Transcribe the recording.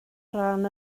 rhan